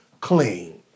clean